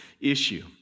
issue